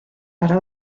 para